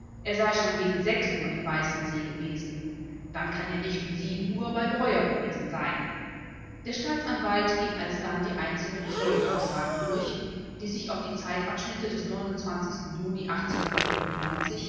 er sei schon gegen uhr in weißensee gewesen dann kann er nicht um sieben uhr bei breuer gewesen sein der staatsanwalt ging alsdann die einzelnen zeugenaussagen durch die sich auf die zeitabschnitte des juni